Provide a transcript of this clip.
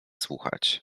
słuchać